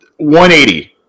180